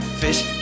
fish